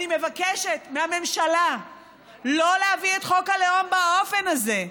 אני מבקשת מהממשלה לא להביא את חוק הלאום באופן הזה.